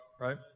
right